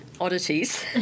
oddities